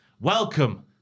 welcome